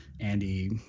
Andy